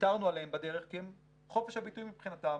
ויתרנו עליהם בדרך כי חופש הביטוי מבחינתם,